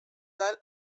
dar